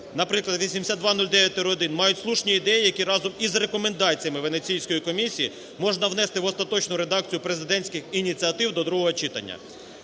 наприклад 8209-1, мають слушні ідеї, які разом із рекомендаціями Венеційської комісії можна внести в остаточну редакцію президентських ініціатив до другого читання.